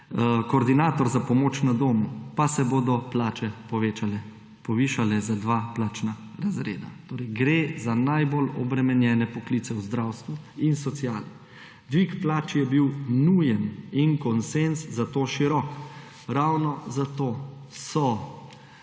koordinator za pomoč na domu, pa se bodo plače povišale za dva plačna razreda. Torej gre za najbolj obremenjene poklice v zdravstvu in sociali. Dvig plač je bil nujen in konsenz zato širok. Ravno zato so